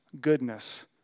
goodness